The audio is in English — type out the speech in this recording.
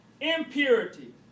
impurity